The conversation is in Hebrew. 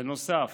בנוסף,